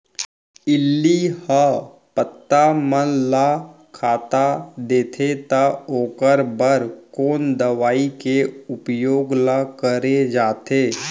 इल्ली ह पत्ता मन ला खाता देथे त ओखर बर कोन दवई के उपयोग ल करे जाथे?